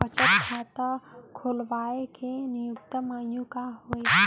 बचत खाता खोलवाय के न्यूनतम आयु का हवे?